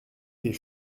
des